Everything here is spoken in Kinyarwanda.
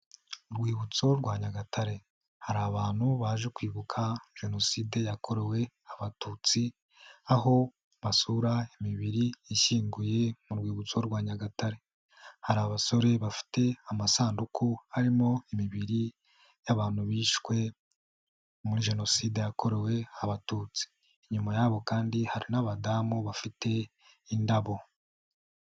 Urwibutso rwa nyagatare hari abantu baje kwibuka jenoside yakorewe abatutsi, aho basura imibiri ishyinguye mu rwibutso rwa Nyagatare hari abasore bafite amasanduku arimo imibiri y'abantu bishwe muri jenoside yakorewe abatutsi, inyuma yabo kandi hari n'abadamu bafite indabo.